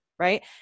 right